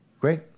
great